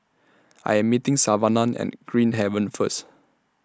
I Am meeting Savanna At Green Haven First